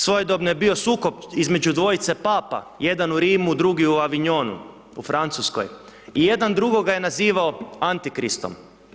Svojedobno je bio sukob između dvojice Papa, jedan u Rimu, drugi u Avignonu u Francuskoj, i jedan drugoga je nazivao antikristom.